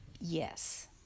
Yes